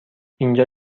اینجا